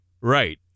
Right